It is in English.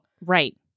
right